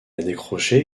décroché